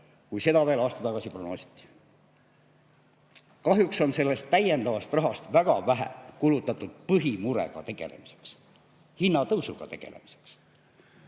kui seda veel aasta tagasi prognoositi. Kahjuks on sellest täiendavast rahast väga vähe kulutatud põhimurega tegelemiseks – hinnatõusuga tegelemiseks.